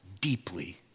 deeply